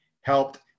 helped